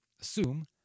assume